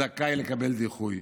זכאי לקבל דיחוי.